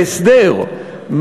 בהסדר,